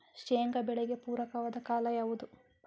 ಶೇಂಗಾ ಬೆಳೆಗೆ ಪೂರಕವಾದ ಕಾಲ ಯಾವುದು?